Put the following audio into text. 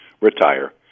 retire